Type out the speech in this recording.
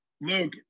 Luke